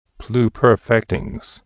pluperfectings